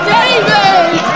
David